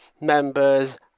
members